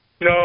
No